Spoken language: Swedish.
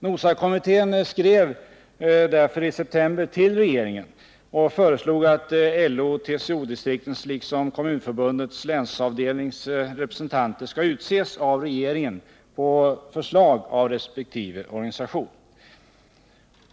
NOSA kommittén skrev därför i september till regeringen och föreslog att LO och TCO-distriktens liksom Kommunförbundets länsavdelnings representanter skall utses av regeringen på förslag av resp. organisation.